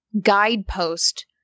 guidepost